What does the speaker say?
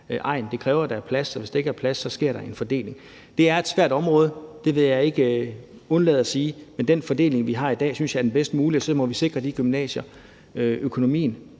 egn. Det kræver, at der er plads, og hvis der ikke er plads, sker der en fordeling. Det er et svært område, vil jeg ikke undlade at sige. Men den fordeling, vi har i dag, synes jeg er den bedst mulige, og så må vi sikre de gymnasiers økonomi.